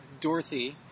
Dorothy